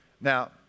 Now